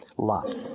Lot